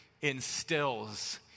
instills